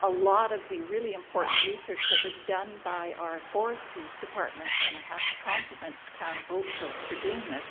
a lot of the really important research that was down by our forestry department and i have to complement the town of oakville for doing this